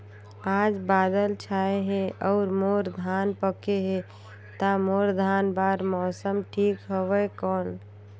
आज बादल छाय हे अउर मोर धान पके हे ता मोर धान बार मौसम ठीक हवय कौन?